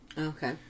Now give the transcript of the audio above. Okay